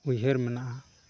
ᱩᱭᱦᱟᱹᱨ ᱢᱮᱱᱟᱜᱼᱟ